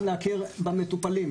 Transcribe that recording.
להכיר גם במטופלים,